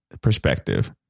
perspective